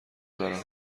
دارم